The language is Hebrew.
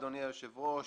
אדוני היושב-ראש,